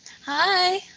Hi